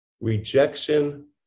rejection